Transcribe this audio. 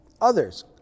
others